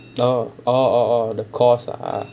oh oh oh oh the course ah